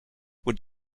would